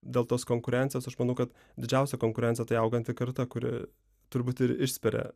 dėl tos konkurencijos aš manau kad didžiausia konkurencija tai auganti karta kuri turbūt ir išspiria